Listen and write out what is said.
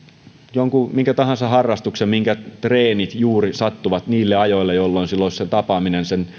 jonkun minkä tahansa harrastuksen jonka treenit sattuvat juuri niille ajoille jolloin hänellä olisi tapaaminen sen